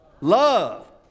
love